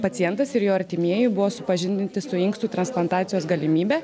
pacientas ir jo artimieji buvo supažindinti su inkstų transplantacijos galimybe